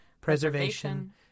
preservation